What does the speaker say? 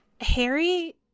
Harry